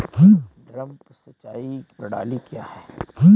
Drip सिंचाई प्रणाली क्या है?